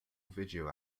video